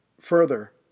Further